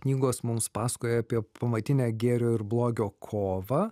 knygos mums pasakoja apie pamatinę gėrio ir blogio kovą